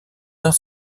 dans